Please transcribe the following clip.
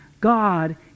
God